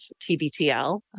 TBTL